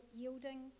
yielding